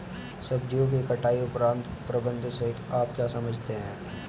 सब्जियों की कटाई उपरांत प्रबंधन से आप क्या समझते हैं?